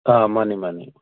ꯑꯥ ꯃꯥꯅꯤ ꯃꯥꯅꯤ